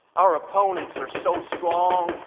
our opponents are so strong,